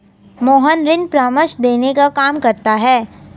मोहन ऋण परामर्श देने का काम करता है